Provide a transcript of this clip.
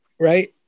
Right